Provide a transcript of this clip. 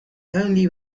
only